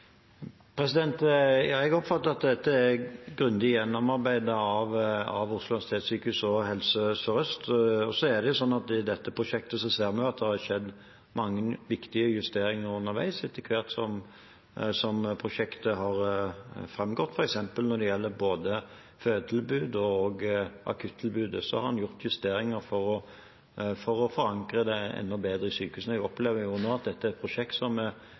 jeg oppfatter at dette er grundig gjennomarbeidet av Oslo universitetssykehus og Helse Sør-Øst. Det er sånn at i dette prosjektet ser vi at det har skjedd mange viktige justeringer underveis, etter hvert som prosjektet har gått framover. Når det gjelder f.eks. både fødetilbudet og også akuttilbudet, har en gjort justeringer for å forankre det enda bedre i sykehusene. Jeg opplever nå at dette er et prosjekt som